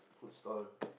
food stall